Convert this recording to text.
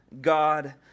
God